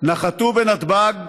נחתו בנתב"ג,